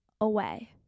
away